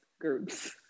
groups